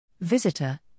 Visitor